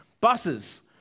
buses